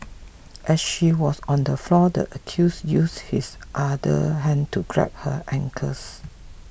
as she was on the floor the accused used his other hand to grab her ankles